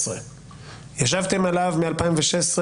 ישבתם עליו שנה וחצי,